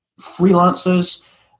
freelancers